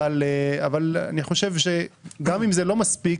אבל אני חושב שגם אם זה לא מספיק,